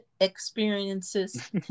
experiences